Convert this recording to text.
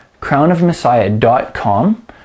crownofmessiah.com